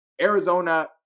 Arizona